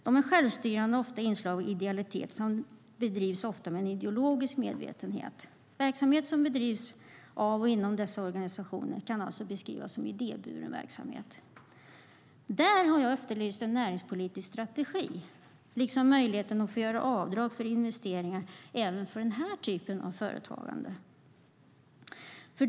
De är självstyrande och har ofta inslag av idealitet samt bedrivs ofta med en ideologisk medvetenhet. Den verksamhet som bedrivs av och inom dessa organisationer kan beskrivas som idéburen verksamhet." Där har jag efterlyst en näringspolitisk strategi liksom möjligheten att få göra avdrag för investeringar även för den här typen av företagande.